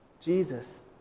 Jesus